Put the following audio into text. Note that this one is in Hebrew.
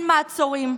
אין מעצורים.